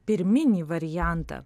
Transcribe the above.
pirminį variantą